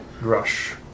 rush